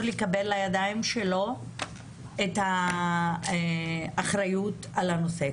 לקבל לידיים שלו את האחריות על הנושא.